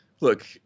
look